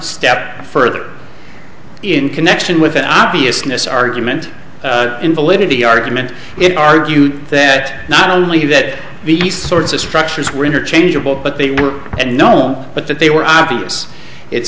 step further in connection with an obviousness argument invalidity argument it argued that not only that these sorts of structures were interchangeable but they were and known but that they were obvious it